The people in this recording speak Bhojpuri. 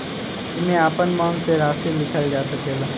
एईमे आपन मन से राशि लिखल जा सकेला